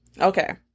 Okay